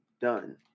done